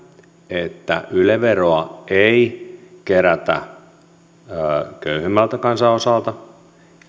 että yle veroa ei kerätä köyhemmältä kan sanosalta